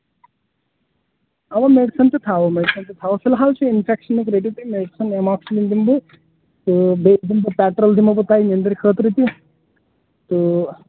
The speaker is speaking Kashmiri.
اَوا میڈِسن تہِ تھاوَو میڈِسن تہِ تھاوَو فِحال چھُ اِنفیٚکشنُک رٔٹِو تُہۍ میڈِسن ایٚماکسِلیٖن دِمہٕ بہٕ تہٕ بیٚیہِ تہِ دِمہو بہٕ پیٹرِل دِمہو بہٕ تۄہہِ نٮ۪نٛدٕرِ خٲطرٕ تہِ تہٕ